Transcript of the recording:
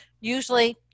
usually